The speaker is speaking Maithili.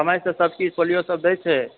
समयसँ सभ किछु पोलियोसभ दैत छै